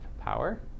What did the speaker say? power